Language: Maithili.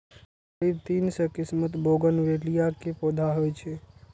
करीब तीन सय किस्मक बोगनवेलिया के पौधा होइ छै